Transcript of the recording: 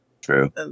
True